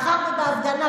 נכחתי בהפגנה,